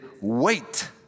wait